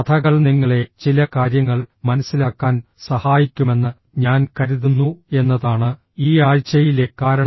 കഥകൾ നിങ്ങളെ ചില കാര്യങ്ങൾ മനസ്സിലാക്കാൻ സഹായിക്കുമെന്ന് ഞാൻ കരുതുന്നു എന്നതാണ് ഈ ആഴ്ചയിലെ കാരണം